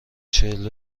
چهل